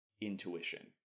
intuition